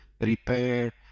repair